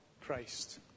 Christ